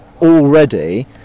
already